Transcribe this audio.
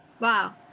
wow